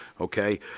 okay